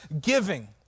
giving